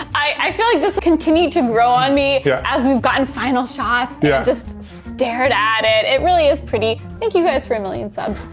i feel like this continued to grow on me yeah as we've gotten final shots, and yeah just stared at it, it really is pretty. thank you guys for a million subs.